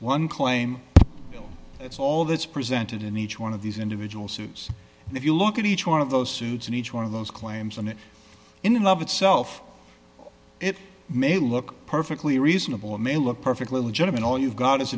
one claim that's all that's presented in each one of these individual sues and if you look at each one of those suits and each one of those claims and in love itself it may look perfectly reasonable it may look perfectly legitimate all you've go